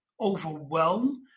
overwhelm